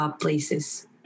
places